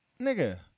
nigga